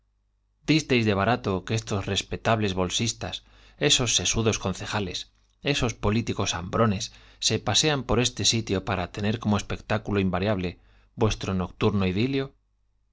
disteis de respe tables bolsistas esos sesudos concejales esos políticos hambrones este sitio para tener como se pasean por nocturno idilio